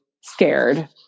scared